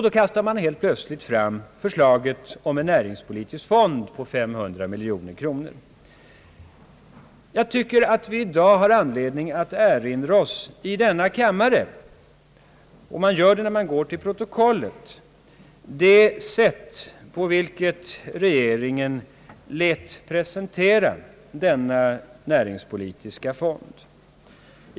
Då kastade man helt plötsligt fram förslaget om en näringspolitisk fond på 500 miljoner kronor. Jag tycker att vi i dag har anledning att erinra oss i denna kammare — man gör det när man går till protokollet — det sätt på vilket regeringen lät presentera denna näringspolitiska fond.